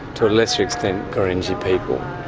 to a lesser extent gurindji people,